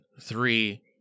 Three